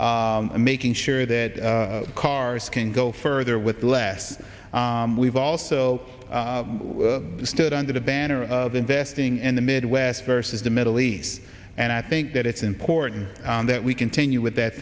on making sure that cars can go further with less we've also stood under the banner of investing in the midwest versus the middle east and i think that it's important that we continue with that